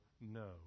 no